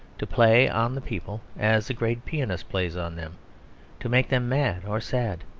to play on the people as a great pianist plays on them to make them mad or sad.